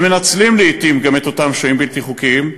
ומנצלים לעתים גם את אותם שוהים בלתי חוקיים,